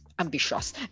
Ambitious